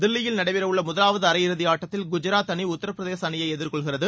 தில்லியில் நடைபெறவுள்ள முதலாவது அரையிறுதி ஆட்டத்தில் குஜராத் அணி உத்திரபிரதேச அணியை எதிர்கொள்கிறது